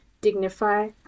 dignify